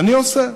אני עושה.